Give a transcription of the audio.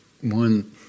One